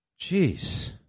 jeez